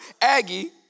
Aggie